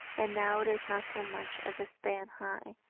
and now it is not so much as a span high.